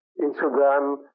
Instagram